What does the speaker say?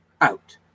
out